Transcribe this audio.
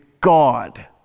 God